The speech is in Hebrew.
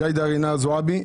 ג'ידא רינאוי-זועבי,